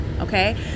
okay